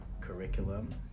curriculum